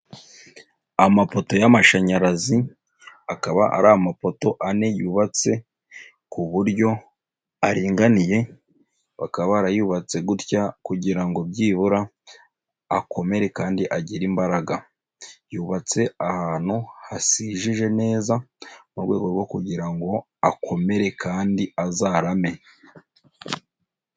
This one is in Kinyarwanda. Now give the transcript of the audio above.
Amapoto y'amashanyarazi akaba ari amapoto ane yubatse ku buryo aringaniye, bakaba barayubatse gutya kugira ngo byibura akomere kandi agire imbaraga. Yubatse ahantu hasije neza mu rwego rwo kugira ngo akomere kandi azarame.